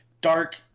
dark